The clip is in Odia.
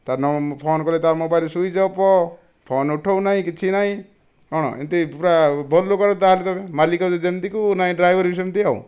ତା'ର ନମ୍ବର ମୁଁ ଫୋନ କଲେ ତା ମୋବାଇଲ ସୁଇଚ ଅଫ ଫୋନ ଉଠଉ ନାହିଁ କିଛି ନାହିଁ ହଁ ଏମିତି ପୁରା ଭଲ ଲୋକ ତ ତା'ହେଲେ ତୁମେ ମାଲିକ ଯେମିତିକୁ ନାହିଁ ଡ୍ରାଇଭର ବି ସେମିତି ଆଉ